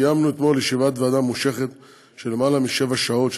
קיימנו אתמול ישיבת ועדה ממושכת של יותר משבע שעות,